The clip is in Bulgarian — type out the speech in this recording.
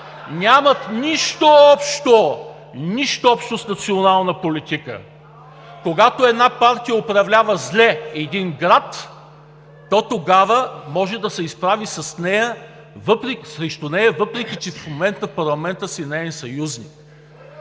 общо, нищо общо с националната политика! Когато една партия управлява зле един град, то тогава може да се изправи срещу нея, въпреки че в момента в парламента си неин съюзник…